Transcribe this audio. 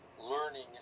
learning